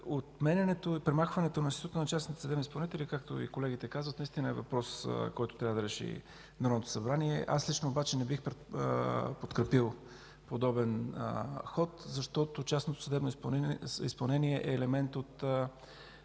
Отменянето и премахването на института на частните съдебни изпълнители, както и колегите казват, е наистина въпрос, който трябва да реши Народното събрание. Аз лично обаче не бих подкрепил подобен ход, защото частното съдебно изпълнение е елемент от